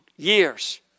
years